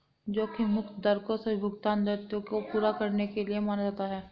जोखिम मुक्त दर को सभी भुगतान दायित्वों को पूरा करने के लिए माना जाता है